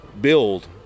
build